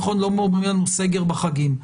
נכון לא אומרים לנו סגר בחגים,